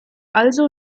also